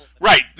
right